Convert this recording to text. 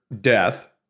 death